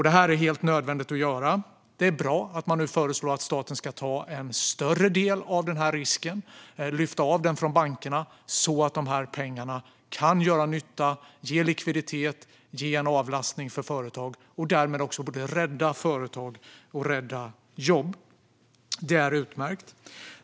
Detta är helt nödvändigt att göra, och det är bra att man nu föreslår att staten ska ta en större del av risken - lyfta bort den från bankerna så att dessa pengar kan göra nytta, ge likviditet, ge företag en avlastning och därmed rädda både företag och jobb. Det är utmärkt.